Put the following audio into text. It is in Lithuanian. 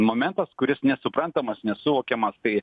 momentas kuris nesuprantamas nesuvokiamas tai